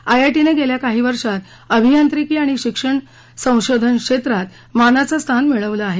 आयआयटीने गेल्या काही वर्षात अभियांत्रिकी शिक्षण आणि संशोधनक्षेत्रात मानाचे स्थान मिळवले आहे